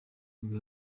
nibwo